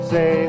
Say